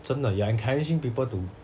真的 you are encouraging people to